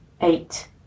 eight